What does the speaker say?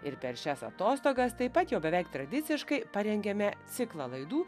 ir per šias atostogas taip pat jau beveik tradiciškai parengėme ciklą laidų